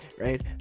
right